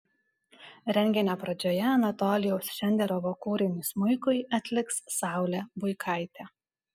renginio pradžioje anatolijaus šenderovo kūrinį smuikui atliks saulė buikaitė